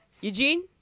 Eugene